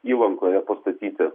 įlankoje pastatyti